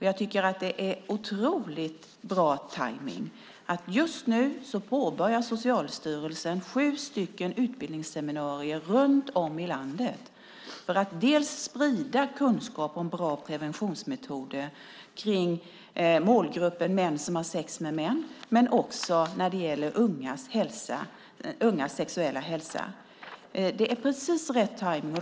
Jag tycker att det är en otroligt bra tajmning att just nu påbörjar Socialstyrelsen sju utbildningsseminarier runt om i landet för att sprida kunskap om bra preventionsmetoder när det gäller målgruppen män som har sex med män men också när det gäller ungas sexuella hälsa. Det är precis rätt tajmning.